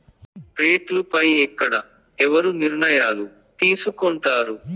రేట్లు పై ఎక్కడ ఎవరు నిర్ణయాలు తీసుకొంటారు?